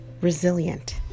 Resilient